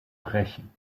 rächen